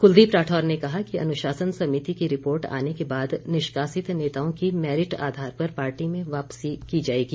कुलदीप राठौर ने कहा कि अनुशासन समिति की रिपोर्ट आने के बाद निष्कासित नेताओं की मैरिट आधार पर पार्टी में वापसी की जाएगी